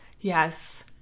Yes